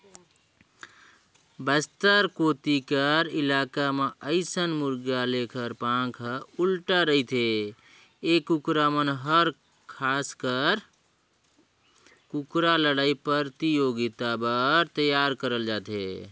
बस्तर कोती कर इलाका म अइसन मुरगा लेखर पांख ह उल्टा रहिथे ए कुकरा मन हर खासकर कुकरा लड़ई परतियोगिता बर तइयार करल जाथे